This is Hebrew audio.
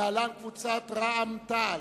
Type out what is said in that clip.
להלן: קבוצת סיעת רע"ם-תע"ל,